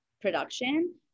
production